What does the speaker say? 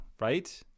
Right